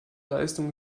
leistung